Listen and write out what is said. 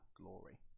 glory